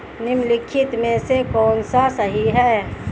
निम्नलिखित में से कौन सा सही है?